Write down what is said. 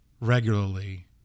regularly